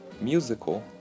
musical